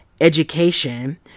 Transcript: education